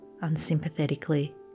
unsympathetically